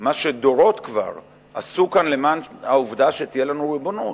מה שדורות כבר עשו כאן למען העובדה שתהיה לנו ריבונות.